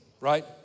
right